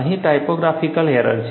અહીં typographical error છે